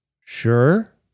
Sure